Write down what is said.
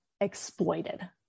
exploited